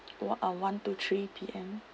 wha~ uh one to three P_M